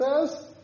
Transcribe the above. says